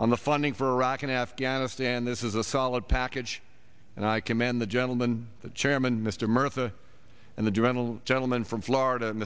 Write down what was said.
on the funding for iraq and afghanistan this is a solid package and i commend the gentleman the chairman mr murtha and the gentle gentleman from florida m